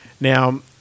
Now